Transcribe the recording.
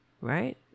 right